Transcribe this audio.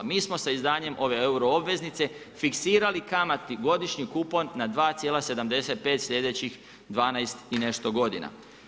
Mi smo sa izdanjem ove euro obveznice fiksirali kamatni godišnji kupon na 2,75 sljedećih 12 i nešto godina.